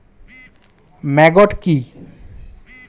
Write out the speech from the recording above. Maggot কি?